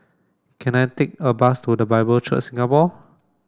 can I take a bus to The Bible Church Singapore